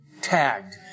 tagged